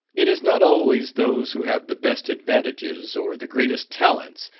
it is not always those who have the best advantages, or the greatest talents,